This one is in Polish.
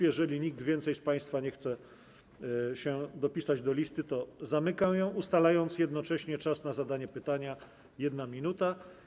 Jeżeli nikt więcej z państwa nie chce się dopisać do listy, to zamykam ją, ustalając jednocześnie czas na zadanie pytania - 1 minuta.